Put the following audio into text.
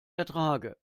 ertrage